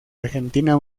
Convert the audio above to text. argentina